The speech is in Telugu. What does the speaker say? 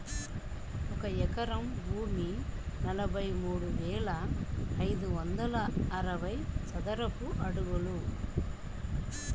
ఒక ఎకరం భూమి నలభై మూడు వేల ఐదు వందల అరవై చదరపు అడుగులు